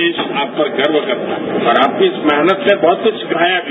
देश आप पर गर्व करता है और आपकी इस मेहनत ने बहुत कुछ सिखाया भी